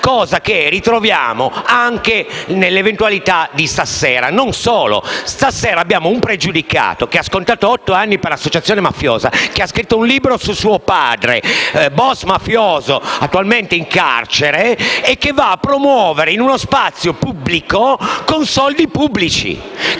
cosa che ritroviamo anche nell'eventualità di stasera. Non solo, stasera abbiamo un pregiudicato, che ha scontato otto anni per associazione mafiosa, che ha scritto un libro su suo padre, un *boss* mafioso attualmente in carcere, e che va a promuovere il suo libro in uno spazio pubblico e con soldi pubblici.